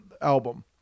album